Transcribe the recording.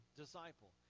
disciple